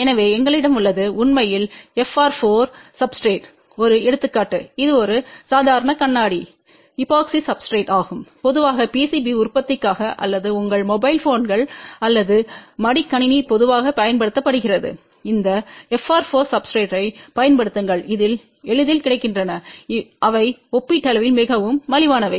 எனவே எங்களிடம் உள்ளது உண்மையில் FR4 சப்ஸ்டிரேட்க்கு ஒரு எடுத்துக்காட்டு இது ஒரு சாதாரண கண்ணாடி எபோக்சி சப்ஸ்டிரேட் ஆகும் பொதுவாக PCB உற்பத்திக்காக அல்லது உங்கள் மொபைல் போன்கள் அல்லது மடிக்கணினி பொதுவாக பயன்படுத்தப்படுகிறது இந்த FR4 சப்ஸ்டிரேட்றைப் பயன்படுத்துங்கள் இவை எளிதில் கிடைக்கின்றன அவை ஒப்பீட்டளவில் மிகவும் மலிவானவை